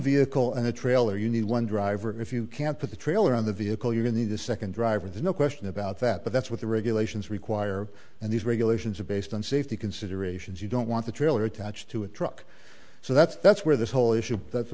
vehicle and a trailer you need one driver if you can't put the trailer on the vehicle you're in the second driver there's no question about that but that's what the regulations require and these regulations are based on safety considerations you don't want the trailer attached to a truck so that's that's where this whole issue that